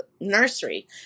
nursery